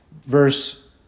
Verse